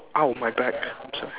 !ow! my back I'm sorry